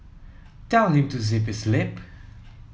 tell him to zip his lip